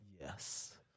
Yes